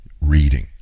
reading